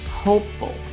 Hopeful